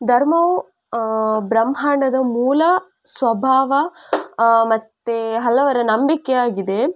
ಧರ್ಮವು ಬ್ರಹ್ಮಾಂಡದ ಮೂಲ ಸ್ವಭಾವ ಮತ್ತು ಹಲವರ ನಂಬಿಕೆ ಆಗಿದೆ